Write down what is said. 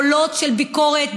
קולות של ביקורת,